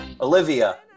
Olivia